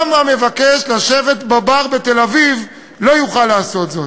גם המבקש לשבת בבר בתל-אביב לא יוכל לעשות זאת.